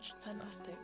fantastic